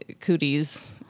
cooties